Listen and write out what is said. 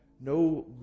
no